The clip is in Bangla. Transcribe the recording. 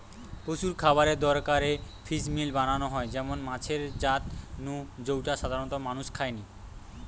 পশুর খাবারের দরকারে ফিসমিল বানানা হয় এমন মাছের জাত নু জউটা সাধারণত মানুষ খায়নি